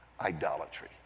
idolatry